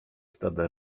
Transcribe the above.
stada